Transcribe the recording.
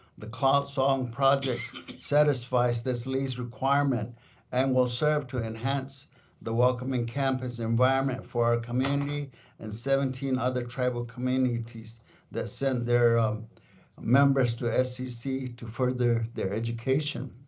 the cloud song project satisfies this lease requirement and will serve to enhance the welcoming campus environment for our community and seventeen other tribal communities that send their members to scc to further their education.